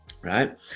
right